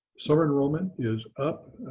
summer enrollment is up.